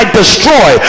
destroy